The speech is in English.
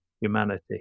humanity